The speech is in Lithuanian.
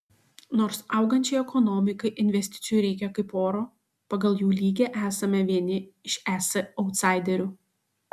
nors augančiai ekonomikai investicijų reikia kaip oro pagal jų lygį esame vieni iš es autsaiderių